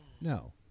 No